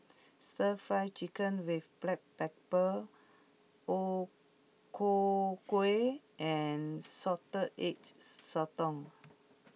Stir Fry Chicken with Black Pepper O Ku Kueh and Salted Egg Sotong